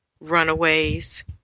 runaways